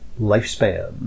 lifespan